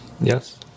Yes